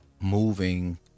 moving